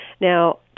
Now